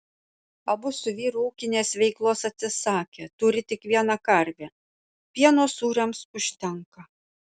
abu su vyru ūkinės veiklos atsisakė turi tik vieną karvę pieno sūriams užtenka